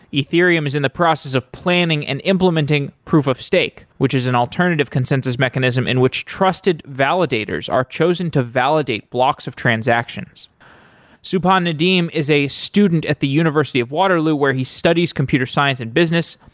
ethereum is in the process of planning and implementing proof of stake, which is an alternative consensus mechanism, in which trusted validators are chosen to validate blocks of transaction subhan nadeem is a student at the university of waterloo, where he studies computer science and business.